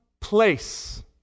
place